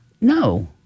No